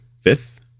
Fifth